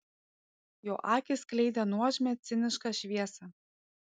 jo akys skleidė nuožmią cinišką šviesą